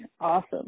Awesome